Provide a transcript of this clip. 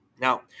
Now